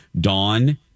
Dawn